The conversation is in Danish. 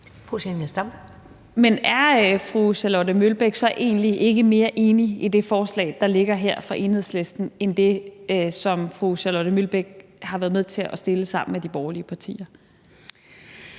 Stampe (RV): Men er fru Charlotte Broman Mølbæk så egentlig ikke mere enig i det forslag fra Enhedslisten, der ligger her, end det, som fru Charlotte Broman Mølbæk har været med til at stille sammen med de borgerlige partier?